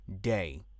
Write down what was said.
day